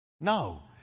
No